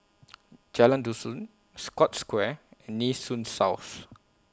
Jalan Dusun Scotts Square and Nee Soon South